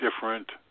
different